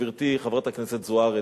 גברתי חברת הכנסת זוארץ.